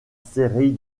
série